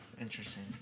Interesting